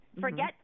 forget